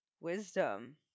Wisdom